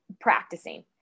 practicing